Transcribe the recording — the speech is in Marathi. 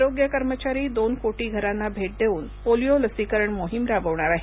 आरोग्य कर्मचारी दोन कोटी घरांना भेट देऊन पोलिओ लसीकरण मोहीम राबवणार आहेत